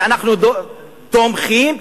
ו"אנחנו תומכים",